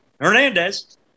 Hernandez